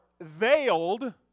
veiled